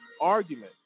argument